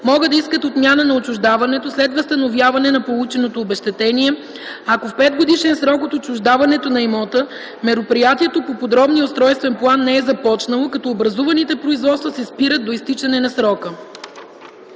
могат да искат отмяна на отчуждаването след възстановяване на полученото обезщетение, ако в 5-годишен срок от отчуждаването на имота мероприятието по подробния устройствен план не е започнало, като образуваните производства се спират до изтичане на срока”.